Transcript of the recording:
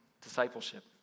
discipleship